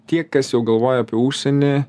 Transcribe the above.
tie kas jau galvoja apie užsienį